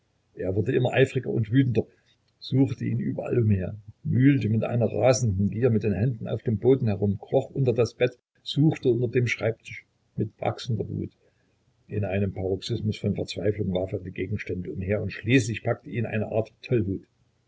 er wurde immer eifriger und wütender suchte ihn überall umher wühlte mit einer rasenden gier mit den händen auf dem boden herum kroch unter das bett suchte unter dem schreibtisch mit wachsender wut in einem paroxysmus von verzweiflung warf er die gegenstände umher und schließlich packte ihn eine art tollwut